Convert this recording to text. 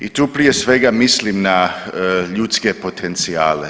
I tu prije svega mislim na ljudske potencijale.